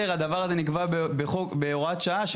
הדבר הזה נקבע בהוראת שעה,